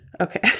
Okay